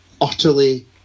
utterly